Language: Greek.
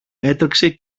έτρεξε